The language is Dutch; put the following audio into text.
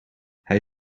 hij